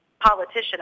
politician